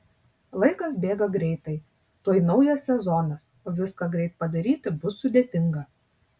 laikas bėga greitai tuoj naujas sezonas o viską greit padaryti bus sudėtinga